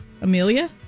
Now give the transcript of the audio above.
Amelia